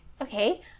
Okay